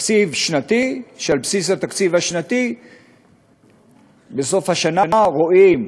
תקציב שנתי, שעל בסיסו בסוף השנה רואים,